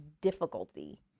difficulty